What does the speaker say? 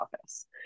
office